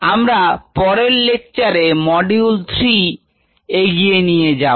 আমরা পরের লেকচারে মডিউল 3 এগিয়ে নিয়ে যাব